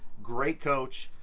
great coach,